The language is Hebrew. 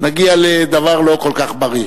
נגיע לדבר לא כל כך בריא.